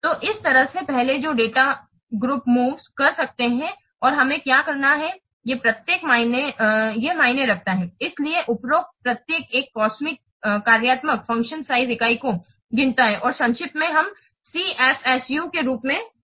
तो इस तरह से पहले जो डाटा ग्रुप्स मूव कर सकते हैं और हमें क्या करना है ये प्रत्येक मायने रखता है इसलिए उपरोक्त प्रत्येक एक COSMIC कार्यात्मक साइज इकाई को गिनता है और संक्षेप में हम Cfsu के रूप में कहते हैं